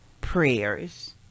prayers